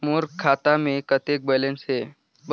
मोर खाता मे कतेक बैलेंस हे?